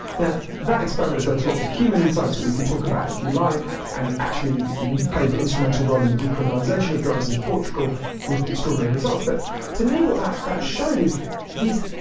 now, that experiment has lead to lots of human insights that we can talk about if you'd like and actually play the instrumental role in the decriminalisation of drugs in portugal with extraordinary results. but to me what that that showed is these,